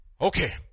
Okay